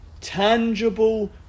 tangible